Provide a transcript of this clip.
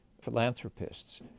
philanthropists